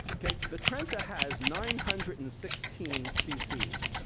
ok, the trenta has nine hundred and sixteen cc's.